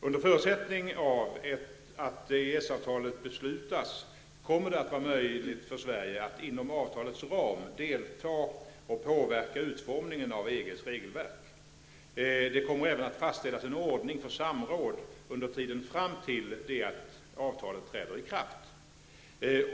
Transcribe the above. Under förutsättning av att EES-avtalet beslutas kommer det att vara möjligt för Sverige att inom avtalets ram delta och påverka utformningen av EGs regelverk. Det kommer även att fastställas en ordning för samråd under tiden fram till det att avtalet träder i kraft.